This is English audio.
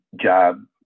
job